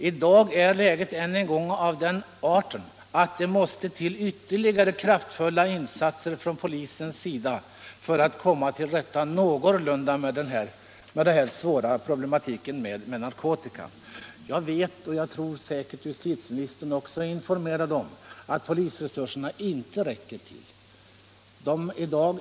I dag är läget än en gång av den arten att det måste till ytterligare kraftfulla insatser från polisens sida för att komma någorlunda till rätta med den svåra problematiken beträffande narkotikan. Jag vet och jag tror säkert justitieministern också är informerad om att polisresurserna inte räcker till.